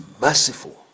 merciful